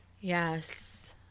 Yes